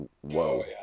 whoa